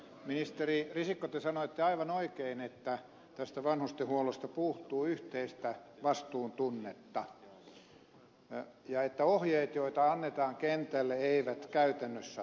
ministeri risikko te sanoitte aivan oikein että tästä vanhustenhuollosta puuttuu yhteistä vastuuntunnetta ja että ohjeet joita annetaan kentälle eivät käytännössä toteudu